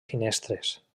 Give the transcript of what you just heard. finestres